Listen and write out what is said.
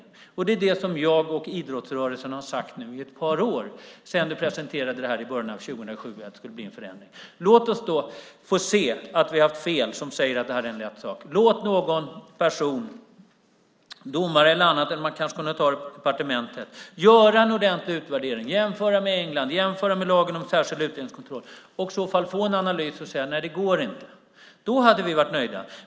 Och det är det som jag och idrottsrörelsen har sagt i ett par år, sedan det presenterades, i början av 2007, att det skulle bli en förändring. Låt oss då få se att vi, som säger att det här är en lätt sak, har haft fel! Låt någon person, en domare eller någon annan - eller man kanske skulle kunna göra det på departementet - göra en ordentlig utvärdering och jämföra med England och jämföra med lagen om särskild utlänningskontroll! I så fall kanske man kan få en analys och säga: Nej, det går inte. Då hade vi varit nöjda.